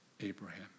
Abraham